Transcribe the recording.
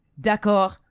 D'accord